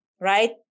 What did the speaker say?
right